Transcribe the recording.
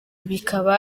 bikaba